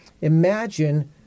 Imagine